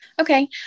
Okay